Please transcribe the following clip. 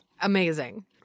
Amazing